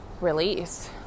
release